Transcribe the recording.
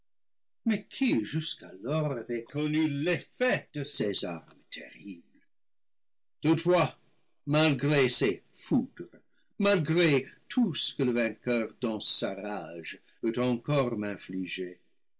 mais qui jusqu'alors avait connu l'effet de ses armes terribles toutefois malgré ces foudres malgré tout ce que le vainqueur dans sa rage peut encore m'infliger